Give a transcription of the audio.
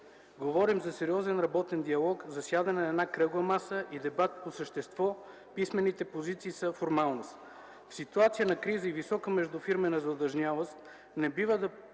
Говорим за сериозен работен диалог, за сядане на една кръгла маса и дебат по същество. Писмените позиции са формалност. В ситуация на криза и висока междуфирмена задлъжнялост не бива да